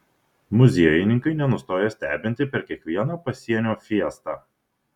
muziejininkai nenustoja stebinti per kiekvieną pasienio fiestą